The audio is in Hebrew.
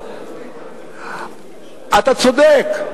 אתה צודק,